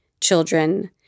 children